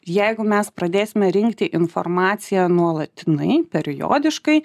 jeigu mes pradėsime rinkti informaciją nuolatinai periodiškai